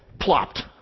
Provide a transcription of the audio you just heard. plopped